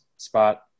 Spot